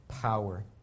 power